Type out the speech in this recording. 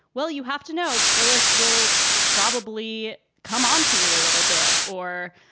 well, you have to know phyllis will probably come on to you a little bit or.